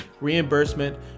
reimbursement